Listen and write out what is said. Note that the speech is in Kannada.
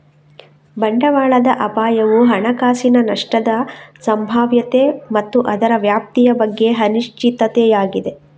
ಬಂಡವಾಳದ ಅಪಾಯವು ಹಣಕಾಸಿನ ನಷ್ಟದ ಸಂಭಾವ್ಯತೆ ಮತ್ತು ಅದರ ವ್ಯಾಪ್ತಿಯ ಬಗ್ಗೆ ಅನಿಶ್ಚಿತತೆಯಾಗಿದೆ